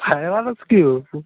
high rescue oh